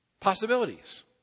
Possibilities